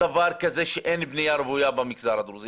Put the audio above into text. דבר כזה שאין בנייה רוויה במגזר הדרוזי.